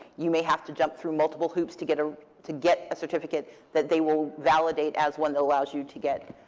you may have to jump through multiple hoops to get ah to get a certificate that they will validate as one that allows you to get